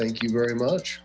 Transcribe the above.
thank you very much